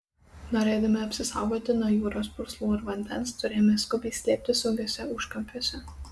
norėdami apsisaugoti nuo jūros purslų ir vandens turėjome skubiai slėptis saugiuose užkampiuose